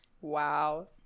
Wow